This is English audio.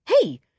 Hey